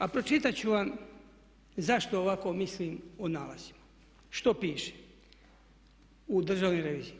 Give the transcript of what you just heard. A pročitati ću vam zašto ovako mislim o nalazima, što piše, u državnoj reviziji.